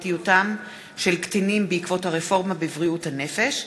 בפרטיותם של קטינים בעקבות הרפורמה בבריאות הנפש.